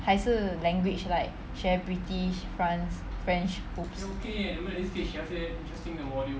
还是 language like 学 british france french !oops!